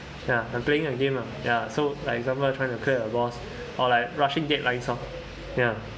ya I'm playing a game ah ya so like example trying to clear a boss or like rushing deadlines example ya